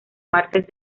martes